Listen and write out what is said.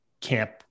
camp